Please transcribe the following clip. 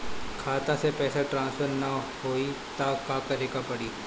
खाता से पैसा ट्रासर्फर न होई त का करे के पड़ी?